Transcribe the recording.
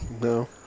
No